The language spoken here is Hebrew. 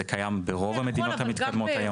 זה קיים ברוב המדינות המתקדמות היום.